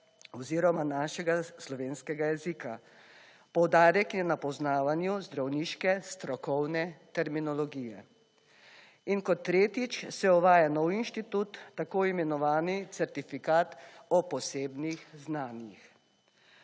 oziroma našega slovenskega jezika. Poudarek je na poznavanju zdravniške, strokovne terminologije. In kot tretjič, se uvaja nov inštitut tako imenovani certifikat o posebnih znanjih.